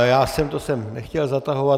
Já jsem to sem nechtěl zatahovat.